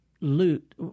loot